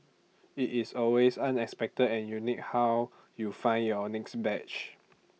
IT is always unexpected and unique how you find your next badge